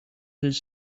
his